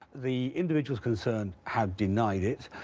the individuals concerned have denied it.